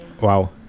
Wow